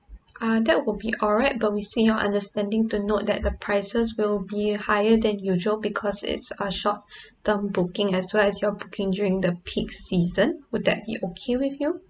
ah that will be alright but we seek your understanding to note that the prices will be higher than usual because it's a short term booking as well as you're booking during the peak season would that be okay with you